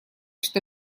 что